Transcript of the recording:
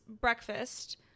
breakfast